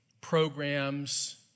programs